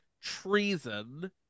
treason